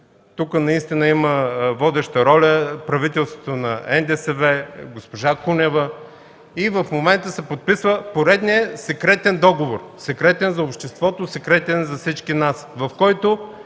Тук наистина има водеща роля, правителството на НДСВ, госпожа Кунева. И в момента се подписва поредният секретен договор. Секретен за обществото, секретен за всички нас, в който